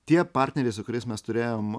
tie partneriai su kuriais mes turėjome